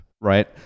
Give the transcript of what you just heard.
right